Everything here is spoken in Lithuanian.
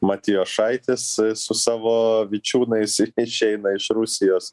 matijošaitis su savo vičiūnais išeina iš rusijos